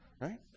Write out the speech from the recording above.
right